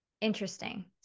Interesting